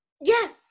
yes